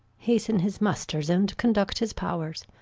hasten his musters and conduct his pow'rs.